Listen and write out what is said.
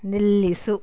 ನಿಲ್ಲಿಸು